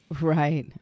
right